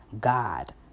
God